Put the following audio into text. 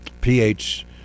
pH